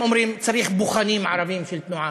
אומרים: צריך בוחנים ערבים של תנועה?